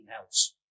else